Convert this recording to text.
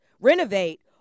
renovate